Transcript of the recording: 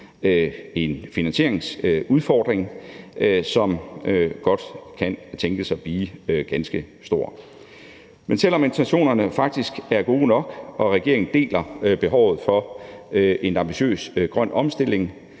en finansieringsudfordring, som godt kan tænkes at blive ganske stor. Men selv om intentionerne faktisk er gode nok og regeringen deler behovet for en ambitiøs grøn omstilling,